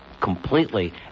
completely